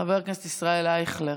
חבר הכנסת ישראל אייכלר.